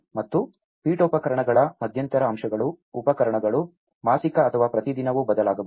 ಮತ್ತು ಪೀಠೋಪಕರಣಗಳ ಮಧ್ಯಂತರ ಅಂಶಗಳು ಉಪಕರಣಗಳು ಮಾಸಿಕ ಅಥವಾ ಪ್ರತಿದಿನವೂ ಬದಲಾಗಬಹುದು